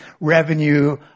revenue